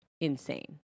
insane